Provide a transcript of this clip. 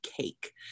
cake